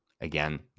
again